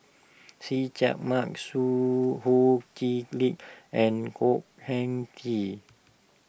See Chak Mun Su Ho Kee Lick and Khor Ean Ghee